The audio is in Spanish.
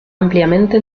ampliamente